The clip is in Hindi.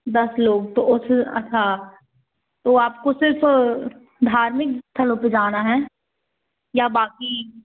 दस लोग तो उस अच्छा तो आपको सिर्फ़ धार्मिक स्थलों पर जाना है या बाक़ी